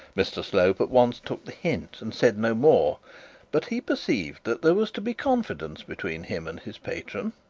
mr slope at once took the hint and said no more but he perceived that there was to be confidence between him and his patron,